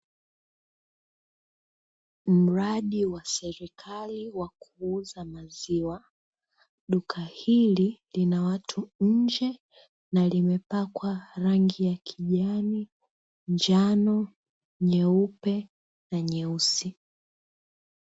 Mradi wa serikali wa kuuza maziwa, duka hili lina watu nje na limepakwa rangi ya kijani, njano, nyeupe na nyeusi.